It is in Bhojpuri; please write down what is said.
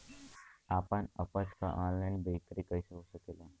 आपन उपज क ऑनलाइन बिक्री कइसे हो सकेला?